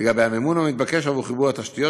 לגבי המימון המתבקש עבור חיבור התשתיות.